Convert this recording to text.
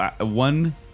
One